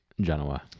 Genoa